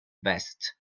vest